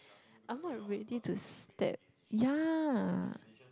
I'm not ready to step ya